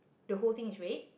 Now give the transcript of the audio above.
the whole thing is red